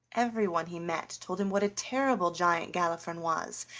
everyone he met told him what a terrible giant galifron was,